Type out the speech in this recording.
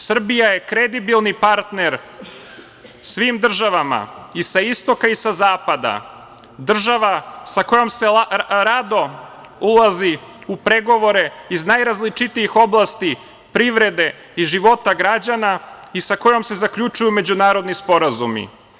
Srbija je kredibilni partner svim državama i sa istoka i sa zapada, država sa kojom se rado ulazi u pregovore iz najrazličitijih oblasti privrede i života građana i sa kojom se zaključuju međunarodni sporazumi.